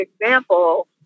example